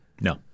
No